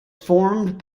formed